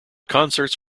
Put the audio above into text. concerts